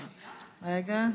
תודה רבה.